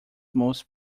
most